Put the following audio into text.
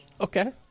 Okay